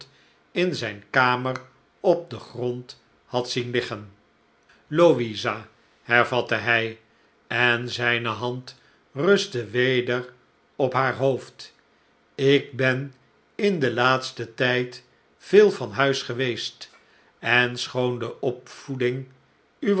in zijne kamer op den grond had zien liggen slechte tijden louisa hervatte hij en zijne hand rustte weder op haar hoofd ik ben in den laatsten tijd veel van huis geweest en schoon de opvouding